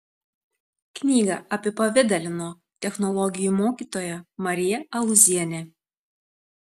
knygą apipavidalino technologijų mokytoja marija alūzienė